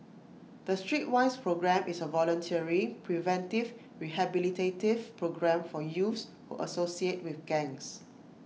the Streetwise programme is A voluntary preventive rehabilitative programme for youths who associate with gangs